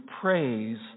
praise